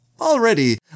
already